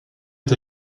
est